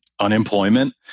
unemployment